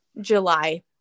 July